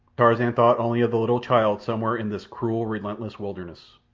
tarzan thought only of the little child somewhere in this cruel, relentless wilderness.